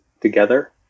together